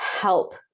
help